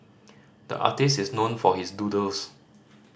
the artist is known for his doodles